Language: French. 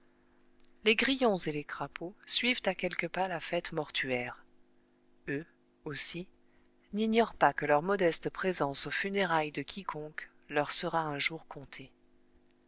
les grillons et les crapauds suivent à quelques pas la fête mortuaire eux aussi n'ignorent pas que leur modeste présence aux funérailles de quiconque leur sera un jour comptée